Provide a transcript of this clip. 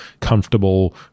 comfortable